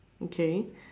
okay